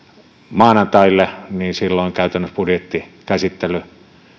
maanantaille niin silloin käytännössä budjettikäsittely